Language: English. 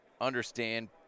understand